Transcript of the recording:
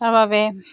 তাৰ বাবে